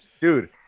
Dude